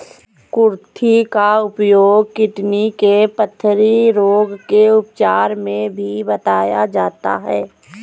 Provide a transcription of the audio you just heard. कुर्थी का उपयोग किडनी के पथरी रोग के उपचार में भी बताया जाता है